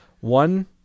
One